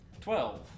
Twelve